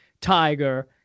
Tiger